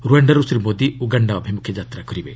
ରୁଆଣ୍ଡାରୁ Shri Modi Uganda ଅଭିମୁଖେ ଯାତ୍ରା କରିବେ